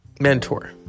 mentor